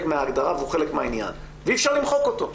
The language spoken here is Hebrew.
מההגדרה והוא חלק מהעניין ואי אפשר למחוק אותו.